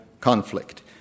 conflict